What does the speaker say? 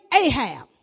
Ahab